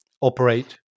operate